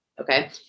Okay